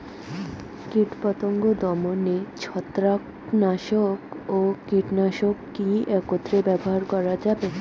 কীটপতঙ্গ দমনে ছত্রাকনাশক ও কীটনাশক কী একত্রে ব্যবহার করা যাবে?